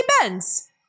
Benz